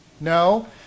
No